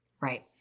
Right